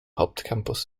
hauptcampus